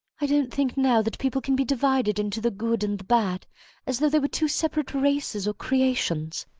i don't think now that people can be divided into the good and the bad as though they were two separate races or creations.